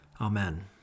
Amen